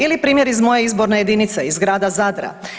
Ili primjer iz moje izborne jedinice, iz grada Zadra.